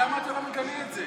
למה אתה לא מגנה את זה?